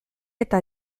eta